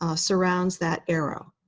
um surrounds that arrow.